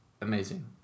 amazing